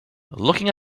looking